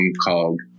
called